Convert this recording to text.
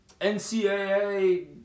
NCAA